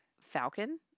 falcon